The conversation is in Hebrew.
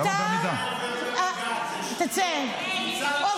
רמטכ"ל, רמטכ"ל, סגן ראש